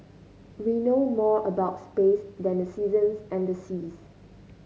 we know more about space than the seasons and the seas